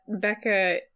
Becca